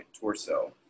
torso